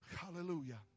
Hallelujah